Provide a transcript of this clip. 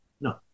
No